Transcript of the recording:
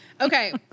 Okay